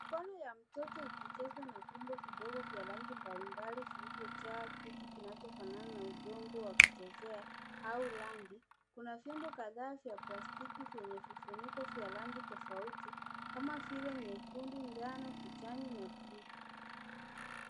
Mikono ya mtoto ikicheza na vyombo vidogo vya rangi mbali mbali vilivyojaa, kiti kinachofanana na udongo wa kuchezea, au rangi. Kuna vyombo kadhaa vya plastiki ,vyenye vifuniko vya rangi tofauti, kama vile nyekundu ,njano, kijani na blue .